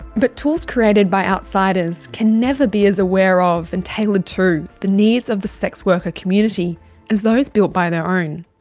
but tools created by outsiders can never be as aware of and tailored to the needs of the sex worker community as those built by their own.